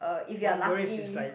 um if you are lucky